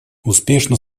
успешно